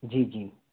जी जी